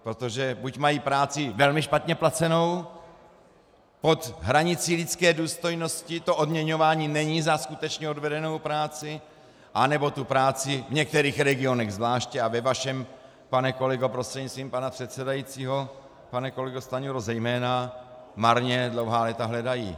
Protože buď mají práci velmi špatně placenou, pod hranicí lidské důstojnosti, to odměňování není za skutečně odvedenou práci, anebo tu práci v některých regionech zvláště, a ve vašem, pane kolego, prostřednictvím pana předsedajícího pane kolego Stanjuro, zejména, marně dlouhá léta hledají.